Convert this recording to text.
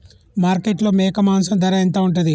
మార్కెట్లో మేక మాంసం ధర ఎంత ఉంటది?